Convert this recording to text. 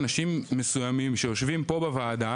אנשים מסוימים שיושבים פה בוועדה,